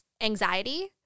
anxiety